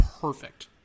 perfect